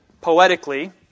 poetically